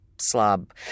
slob